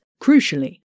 crucially